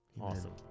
awesome